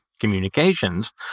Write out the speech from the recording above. communications